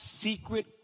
secret